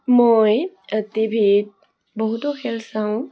মই টিভিত বহুতো খেল চাওঁ